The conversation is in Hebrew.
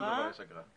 על כל דבר יש אגרה.